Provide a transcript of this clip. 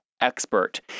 expert